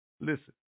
Listen